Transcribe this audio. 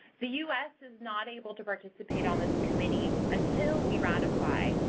the u s. is not able to participate on this committee until we ratify,